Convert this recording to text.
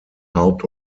haupt